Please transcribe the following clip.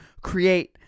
create